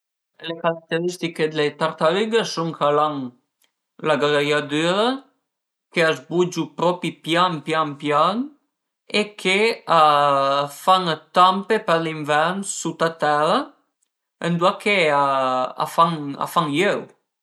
Le carateristiche d'le tartarüghe a sun ch'al an la gröia düra, ch'a së bugiu propi pian pian pian e che a fan dë tampe për l'invern sut a tera endua che a fan i öu